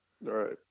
Right